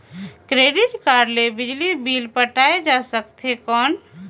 Debit card ले बिजली bill पटाय जा सकथे कौन?